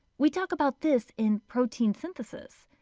we talk about this in protein synthesis.